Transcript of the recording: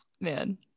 man